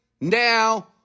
now